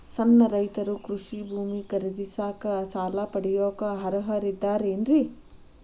ಸಣ್ಣ ರೈತರು ಕೃಷಿ ಭೂಮಿ ಖರೇದಿಸಾಕ, ಸಾಲ ಪಡಿಯಾಕ ಅರ್ಹರಿದ್ದಾರೇನ್ರಿ?